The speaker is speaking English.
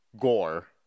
gore